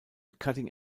cutting